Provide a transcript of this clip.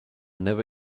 never